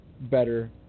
better